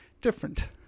different